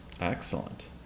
Excellent